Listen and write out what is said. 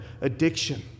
addiction